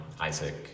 Isaac